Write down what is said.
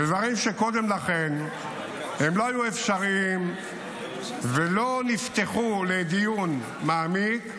ודברים שקודם לכן לא היו אפשריים ולא נפתחו לדיון מעמיק,